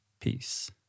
Peace